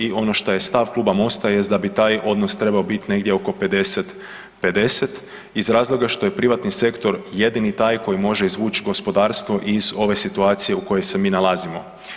I ono šta je stav Kluba MOST-a jest da bi taj odnos trebao biti negdje oko 50 50 iz razloga što je privatni sektor jedini taj koji može izvući gospodarstvo iz ove situacije u kojoj se mi nalazimo.